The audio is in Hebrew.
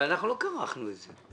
אבל אנחנו לא כרכנו את זה.